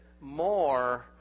more